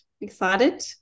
Excited